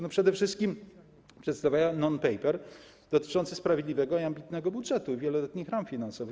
No przede wszystkim przedstawiła non-paper dotyczący sprawiedliwego i ambitnego budżetu i wieloletnich ram finansowych.